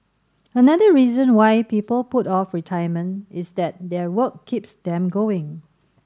another reason why people put off retirement is that their work keeps them going